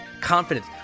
confidence